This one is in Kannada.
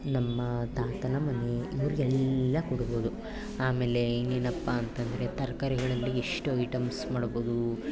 ನಮ್ಮ ತಾತನ ಮನೆ ಇವ್ರಿಗೆಲ್ಲ ಕೊಡ್ಬೌದು ಆಮೇಲೆ ಇನ್ನೇನಪ್ಪಾ ಅಂತಂದರೆ ತರಕಾರಿಗಳಲ್ಲಿ ಎಷ್ಟೋ ಐಟೆಮ್ಸ್ ಮಾಡ್ಬೌದು